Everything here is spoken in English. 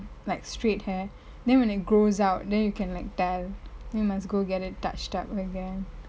like straight hair then when it grows out then you can like tell then you must go get it touched up again